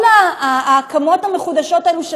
כל ההקמות המחודשות האלה,